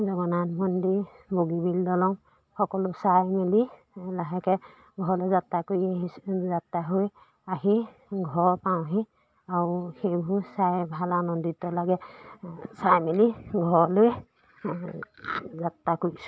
জগন্নাথ মন্দিৰ বগীবিল দলং সকলো চাই মেলি লাহেকৈ ঘৰলৈ যাত্ৰা কৰি আহিছে যাত্ৰা হৈ আহি ঘৰ পাওঁহি আৰু সেইবোৰ চাই ভাল আনন্দিত লাগে চাই মেলি ঘৰলৈ যাত্ৰা কৰিছোঁ